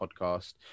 podcast